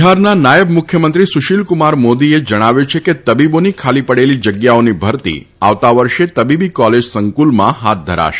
બિહારના નાયબ મુખ્યમંત્રી સુશીલકુમાર મોદીએ જણાવ્યું હતું કે તબીબોની ખાલી પડેલી જગ્યાઓની ભરતી આવતા વર્ષે તબીબી કોલેજ સંકુલમાં હાથ ધરાશે